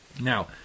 Now